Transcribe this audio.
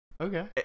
Okay